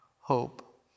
hope